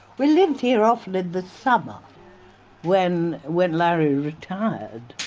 we lived here often in the summer when when larry retired,